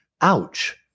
ouch